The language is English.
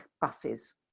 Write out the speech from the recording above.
buses